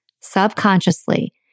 subconsciously